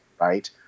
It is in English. right